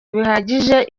bihagije